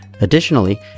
Additionally